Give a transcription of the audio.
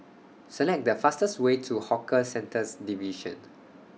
Select The fastest Way to Hawker Centres Division